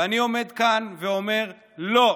ואני עומד כאן ואומר: לא,